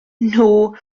nhw